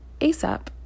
asap